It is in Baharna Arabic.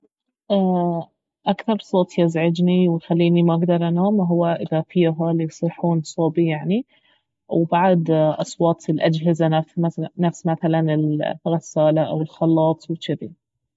اكثر صوت يزعجني ويخليني ما اقدر انام اهو اذا في يهال يصيحون صوبي يعني وبعد أصوات الأجهزة نفس مثلا الغسالة او الخلاط وجذي